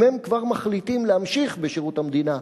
אם הם כבר מחליטים להמשיך בשירות המדינה,